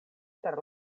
per